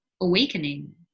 awakening